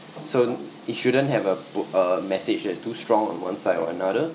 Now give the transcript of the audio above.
so it shouldn't have a a message that's too strong on one side or another